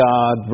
God